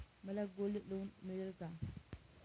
मला gold loan मिळेल का?